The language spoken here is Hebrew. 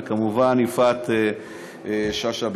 וכמובן יפעת שאשא ביטון.